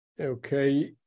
Okay